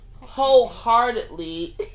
wholeheartedly